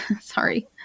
Sorry